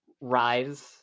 rise